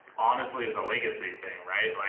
honestly is a legacy thing, right.